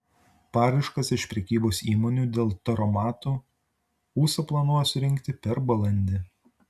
paraiškas iš prekybos įmonių dėl taromatų usa planuoja surinkti per balandį